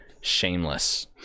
shameless